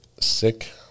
sick